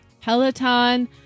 Peloton